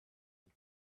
with